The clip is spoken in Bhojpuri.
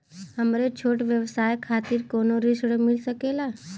हमरे छोट व्यवसाय खातिर कौनो ऋण मिल सकेला?